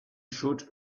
should